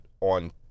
on